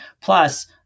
plus